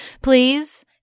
please